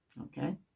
Okay